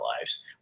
lives